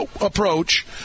approach